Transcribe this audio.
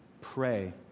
pray